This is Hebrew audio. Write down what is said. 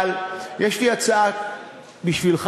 אבל יש לי הצעה בשבילך,